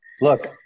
Look